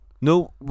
No